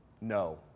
No